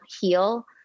heal